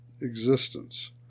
existence